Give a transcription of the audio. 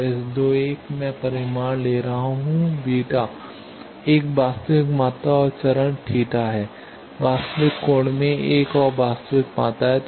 तो S 21 मैं परिमाण ले रहा हूं बीटा β एक वास्तविक मात्रा और चरण थीटा θ है वास्तविक कोण में एक और वास्तविक मात्रा है